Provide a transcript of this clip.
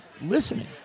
listening